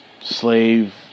...slave